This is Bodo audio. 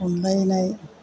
अनलायनाय